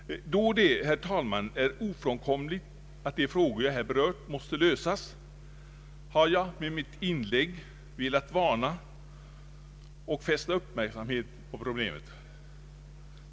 Då det, herr talman, är ofrånkomligt att de frågor jag berört måste lösas, har jag med mitt inlägg velat varna för och fästa uppmärksamheten på problemet.